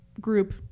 group